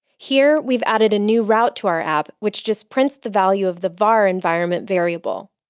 here we've added a new route to our app, which just prints the value of the var environment variable.